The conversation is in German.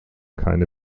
keine